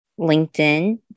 LinkedIn